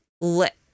let